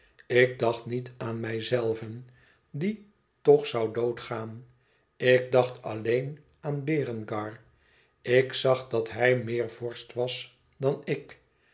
ik dacht niet aan mijzelven die toch zoû dood gaan ik dacht alleen aan berengar ik zag dat hij meer vorst was dan ik